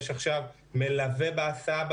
יש עכשיו מלווה בהסעה.